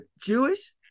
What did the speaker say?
Jewish